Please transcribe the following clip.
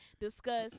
discuss